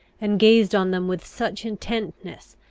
and gazed on them with such intentness,